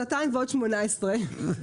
שנתיים ועוד 18 שנים.